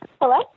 Hello